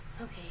Okay